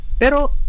Pero